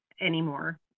anymore